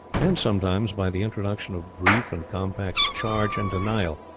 and sometimes by the introduction of brief and compact charge and denial,